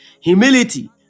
Humility